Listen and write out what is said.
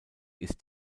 ist